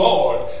Lord